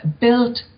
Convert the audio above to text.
built